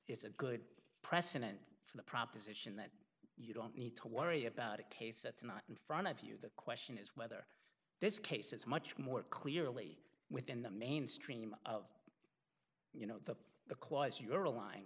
is a good precedent for the proposition you don't need to worry about a case that's not in front of you the question is whether this case is much more clearly within the mainstream of you know for the cause you're relying